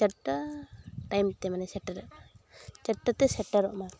ᱪᱟᱨᱴᱟ ᱴᱟᱭᱤᱢ ᱛᱮ ᱢᱟᱱᱮ ᱥᱮᱴᱮᱨᱚᱜ ᱪᱟᱨᱴᱟᱛᱮ ᱥᱮᱴᱮᱨᱚᱜ ᱢᱟ